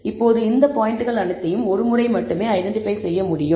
இப்போது இந்த பாயிண்ட்கள் அனைத்தையும் ஒரு முறை மட்டுமே ஐடென்டிபை செய்ய முடியும்